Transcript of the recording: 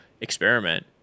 experiment